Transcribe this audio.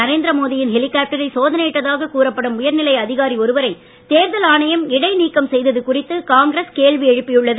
நரேந்திரமோடியின் ஹெலிகாப்டரை சோதனையிட்டதாக கூறப்படும் உயர்நிலை அதிகாரி ஒருவரை தேர்தல் ஆணையம் இடைநீக்கம் செய்தது குறித்து காங்கிரஸ் கேள்வி எழுப்பியுள்ளது